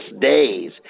days